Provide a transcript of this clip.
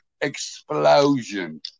explosion